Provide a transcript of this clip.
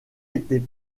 été